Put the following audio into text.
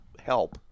help